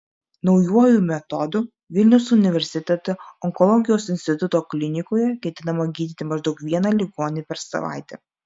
naujuoju metodu vilniaus universiteto onkologijos instituto klinikoje ketinama gydyti maždaug vieną ligonį per savaitę